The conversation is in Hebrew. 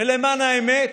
למען האמת,